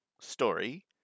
story